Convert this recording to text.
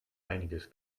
einiges